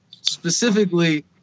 specifically